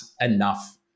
enough